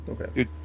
Okay